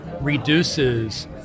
reduces